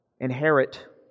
inherit